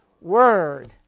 Word